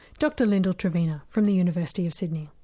dr lyndal trevena from the university of sydney.